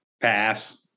Pass